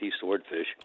swordfish